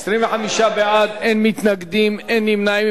25 בעד, אין מתנגדים, אין נמנעים.